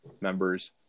members